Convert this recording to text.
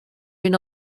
been